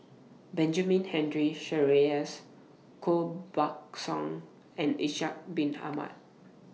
Benjamin Henry Sheares Koh Buck Song and Ishak Bin Ahmad